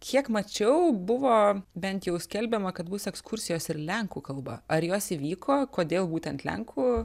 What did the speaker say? kiek mačiau buvo bent jau skelbiama kad bus ekskursijos ir lenkų kalba ar jos įvyko kodėl būtent lenkų